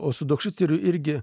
o su dokšiceriu irgi